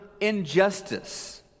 injustice